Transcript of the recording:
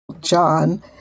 John